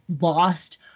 lost